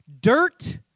dirt